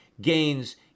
gains